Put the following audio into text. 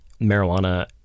marijuana